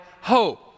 hope